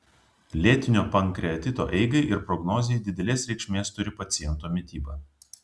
lėtinio pankreatito eigai ir prognozei didelės reikšmės turi paciento mityba